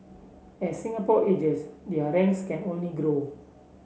as Singapore ages their ranks can only grow